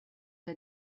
der